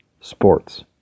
sports